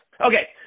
Okay